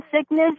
sickness